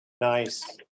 Nice